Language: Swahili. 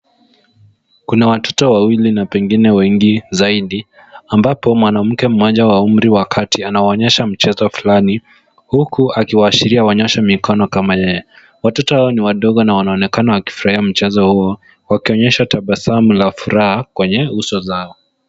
Kuna watoto wawili na pengine wengi zaidi ambapo mwananamke mmoja wa umri wa kati anawaonyesha mchezo fulani huku akiwaashiria waonyeshe mikono kama yeye. Watoto hawa ni wadogo na wanaonekana wakifurahia mchezo huo wakionyesha tabasamu la furaha kwenye uso zao.